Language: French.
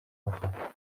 enfants